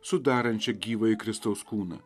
sudarančią gyvąjį kristaus kūną